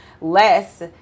less